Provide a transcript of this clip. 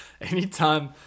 Anytime